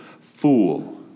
fool